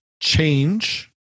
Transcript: Change